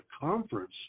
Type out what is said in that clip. conference